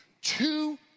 Two